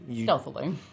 Stealthily